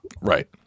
right